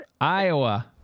Iowa